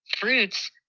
fruits